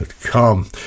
come